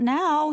now